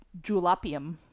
julapium